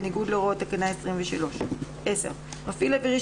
בניגוד להוראות תקנה 23. מפעיל אווירי